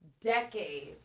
decades